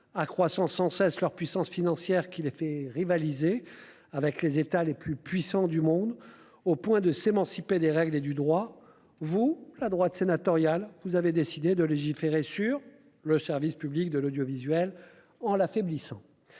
accroissant sans cesse leur domination financière, qui les fait rivaliser avec les États les plus puissants du monde, au point de s'émanciper des règles et du droit, la droite sénatoriale a décidé de légiférer sur le service public de l'audiovisuel- en l'affaiblissant.